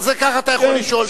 אז ככה אתה יכול לשאול.